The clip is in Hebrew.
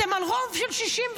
אתם על רוב של 64,